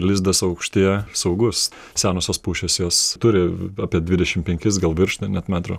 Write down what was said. lizdas aukštyje saugus senosios pušys jos turi apie dvidešim penkis gal virš net metro